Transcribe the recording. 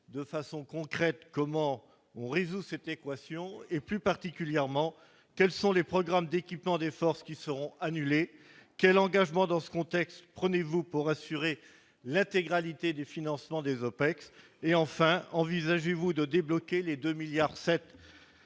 de façon concrète comment on résout c'était équations et, plus particulièrement, quels sont les programmes d'équipement des forces qui sont annulés, quel engagement dans ce contexte, prenez-vous pour assurer l'intégralité du financement des OPEX, et enfin, envisagez-vous de débloquer les 2 milliards